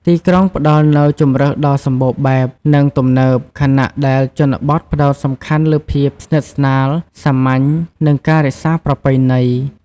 ទីក្រុងផ្ដល់នូវជម្រើសដ៏សម្បូរបែប និងទំនើប ខណៈដែលជនបទផ្ដោតសំខាន់លើភាពស្និទ្ធស្នាល សាមញ្ញ និងការរក្សាប្រពៃណី ។